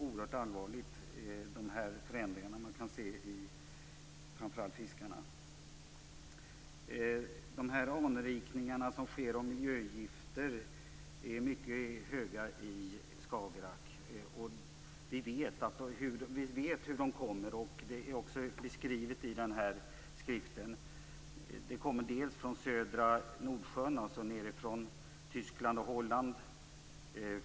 De förändringar som man kan se på framför allt fiskarna är oerhört allvarliga. De anrikningar av miljögifter som sker är mycket höga i Skagerrak. Vi vet varifrån de kommer, och detta beskrivs också i den nämnda skriften. De kommer för det första från södra Nordsjön, alltså från Tyskland och Holland.